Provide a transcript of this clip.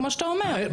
כמו שאתה אומר.